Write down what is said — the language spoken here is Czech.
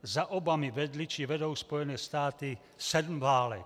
Za Obamy vedly či vedou Spojené státy sedm válek.